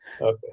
Okay